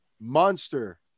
Monster